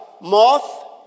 moth